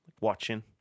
watching